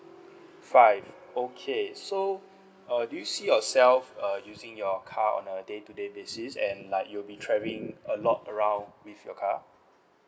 five okay so uh do you see yourself uh using your car on a day to day basis and like you'll be travelling a lot around with your car